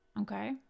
okay